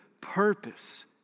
purpose